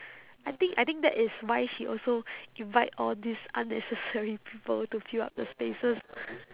I think I think that is why she also invite all these unnecessary people to fill up the spaces